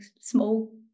small